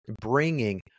bringing